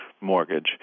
mortgage